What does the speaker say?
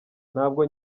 ntabwo